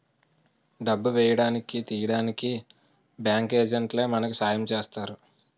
డబ్బు వేయడానికి తీయడానికి బ్యాంకు ఏజెంట్లే మనకి సాయం చేస్తారు